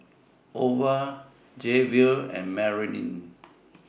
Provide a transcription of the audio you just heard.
Ova Jayvion and Marylin